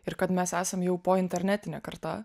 ir kad mes esam jau po internetinė karta